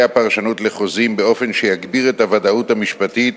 הפרשנות לחוזים באופן שיגביר את הוודאות המשפטית